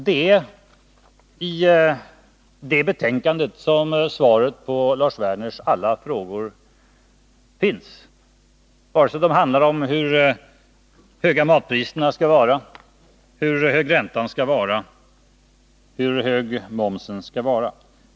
Det är i dess betänkande svaret på Lars Werners alla frågor finns, vare sig det handlar om hur höga matpriserna skall vara, om hur hög räntan skall vara eller om hur hög momsen skall vara.